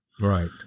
Right